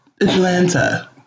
Atlanta